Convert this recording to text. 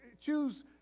Choose